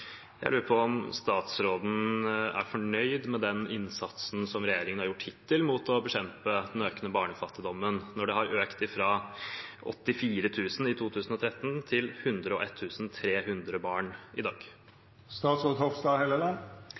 Jeg lurer på om statsråden er fornøyd med den innsatsen som regjeringen har gjort hittil for å bekjempe den økende barnefattigdommen, når den har økt fra 84 000 barn i 2013 til 101 300 barn i